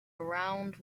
around